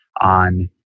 on